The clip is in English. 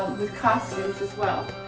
with costumes as well.